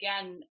again